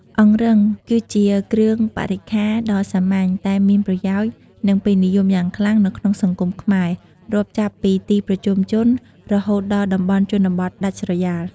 អង្រឹង គឺជាគ្រឿងបរិក្ខារដ៏សាមញ្ញតែមានប្រយោជន៍ និងពេញនិយមយ៉ាងខ្លាំងនៅក្នុងសង្គមខ្មែរ រាប់ចាប់ពីទីប្រជុំជនរហូតដល់តំបន់ជនបទដាច់ស្រយាល។